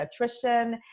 pediatrician